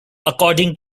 according